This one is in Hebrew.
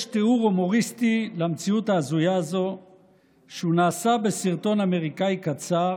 יש תיאור הומוריסטי למציאות ההזויה הזו שנעשה בסרטון אמריקאי קצר